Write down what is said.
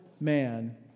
man